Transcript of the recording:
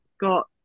got